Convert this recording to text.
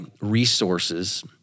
resources